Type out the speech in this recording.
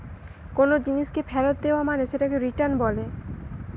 কোনো জিনিসকে ফেরত দেয়া মানে সেটাকে রিটার্ন বলেটে